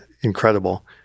incredible